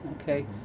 Okay